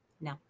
No